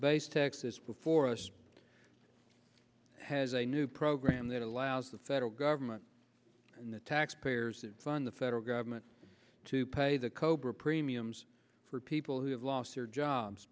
base texas before us has a new program that allows the federal government and the taxpayers that fund the federal government to pay the cobra premiums for people who have lost their jobs